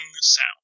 sound